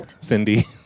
Cindy